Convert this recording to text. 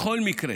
בכל מקרה,